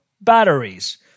batteries